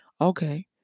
Okay